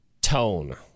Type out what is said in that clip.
tone